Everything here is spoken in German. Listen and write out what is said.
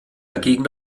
dagegen